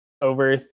over